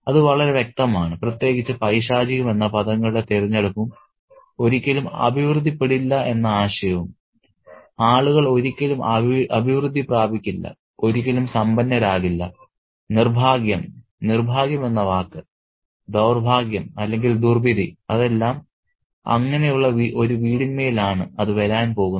അത് വളരെ വ്യക്തമാണ് പ്രത്യേകിച്ച് പൈശാചികം എന്ന പദങ്ങളുടെ തിരഞ്ഞെടുപ്പും ഒരിക്കലും അഭിവൃദ്ധിപ്പെടില്ല എന്ന ആശയവും ആളുകൾ ഒരിക്കലും അഭിവൃദ്ധി പ്രാപിക്കില്ല ഒരിക്കലും സമ്പന്നരാകില്ല നിർഭാഗ്യം നിർഭാഗ്യം എന്ന വാക്ക് ദൌർഭാഗ്യം അല്ലെങ്കിൽ ദുർവിധി അതെല്ലാം അങ്ങനെയുള്ള ഒരു വീടിന്മേലാണ് അത് വരാൻ പോകുന്നത്